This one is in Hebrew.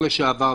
לשעבר,